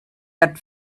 that